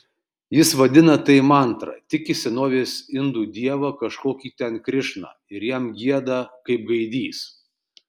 jis vadina tai mantra tiki senovės indų dievą kažkokį ten krišną ir jam gieda kaip gaidys